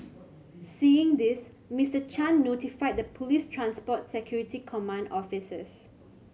seeing this Mister Chan notified the police's transport security command officers